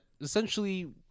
essentially